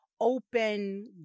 open